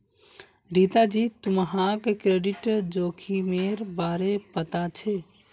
रीता जी, तुम्हाक क्रेडिट जोखिमेर बारे पता छे?